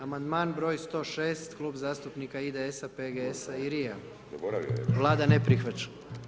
Amandman br. 106, klub zastupnika IDS-PGS-RI, Vlada ne prihvaća.